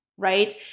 right